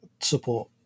support